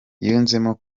yunzemo